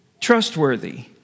trustworthy